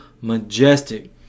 majestic